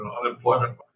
unemployment